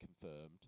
confirmed